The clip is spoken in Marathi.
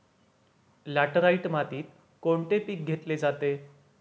लॅटराइट मातीत कोणते पीक घेतले जाते?